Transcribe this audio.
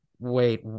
Wait